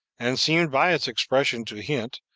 and seemed, by its expression, to hint,